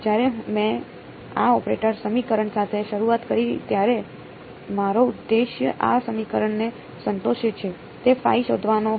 જ્યારે મેં આ ઓપરેટર સમીકરણ સાથે શરૂઆત કરી ત્યારે મારો ઉદ્દેશ્ય આ સમીકરણને સંતોષે છે તે શોધવાનો હતો